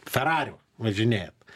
ferariu važinėjat